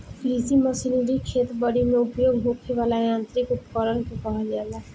कृषि मशीनरी खेती बरी में उपयोग होखे वाला यांत्रिक उपकरण के कहल जाला